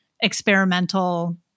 experimental